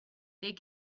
they